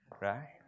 right